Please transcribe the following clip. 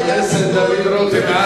חבר הכנסת דוד רותם,